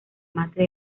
mate